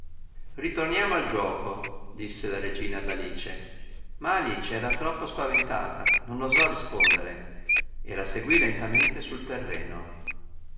ritorniamo al giuoco disse la regina ad alice ma alice era troppo spaventata non osò rispondere e la seguì lentamente sul terreno